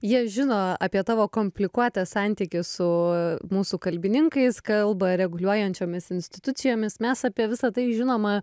jie žino apie tavo komplikuotą santykį su mūsų kalbininkais kalbą reguliuojančiomis institucijomis mes apie visa tai žinoma